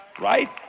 right